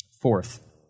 Fourth